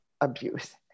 abuse